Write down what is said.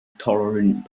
tolerant